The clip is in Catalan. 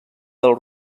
del